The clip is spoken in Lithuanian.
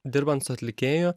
dirbant su atlikėju